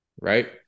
right